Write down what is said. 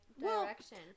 direction